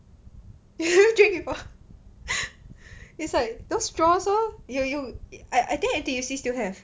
you never drink before it's like those straw so you you I I think N_T_U_C still have